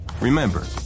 Remember